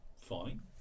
fine